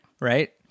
right